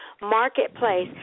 marketplace